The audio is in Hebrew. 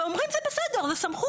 ואומרים שזה בסדר כי יש לה סמכות.